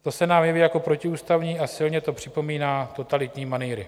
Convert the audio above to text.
To se nám jeví jako protiústavní a silně to připomíná totalitní manýry.